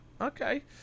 Okay